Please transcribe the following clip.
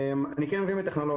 אבל אני כן מבין בטכנולוגיה.